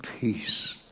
peace